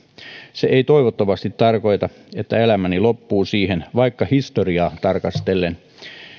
se ei toivottavasti tarkoita että elämäni loppuu siihen vaikka historiaa tarkastellen